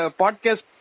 podcast